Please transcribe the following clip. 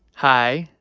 hi.